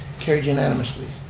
carried unanimously.